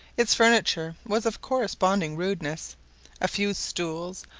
its furniture was of corresponding rudeness a few stools,